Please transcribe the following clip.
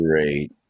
great